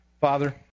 Father